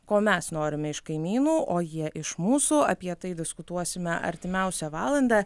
ko mes norime iš kaimynų o jie iš mūsų apie tai diskutuosime artimiausią valandą